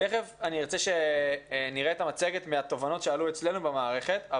תיכף נראה את המצגת מהתובנות שעלו אצלנו במערכת,